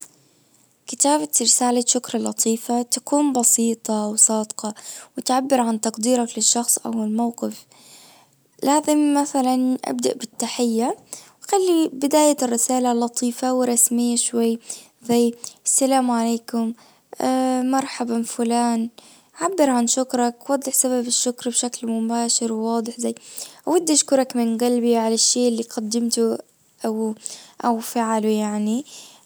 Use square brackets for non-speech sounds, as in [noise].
كتابة رسالة شكر لطيفة تكون بسيطة وصادقة وتعبر عن تقديرك للشخص او الموقف لازم مثلا ابدأ بالتحية خلي بداية الرسالة اللطيفة ورسميه شوي زي السلام عليكم [hesitation] مرحبا فلان عبر عن شكرك وضح سبب الشكر بشكل مباشر وواضح وبدي اشكرك من قلبي على الشيء اللي قدمته او او فعله يعني.